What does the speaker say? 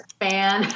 fan